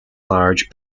large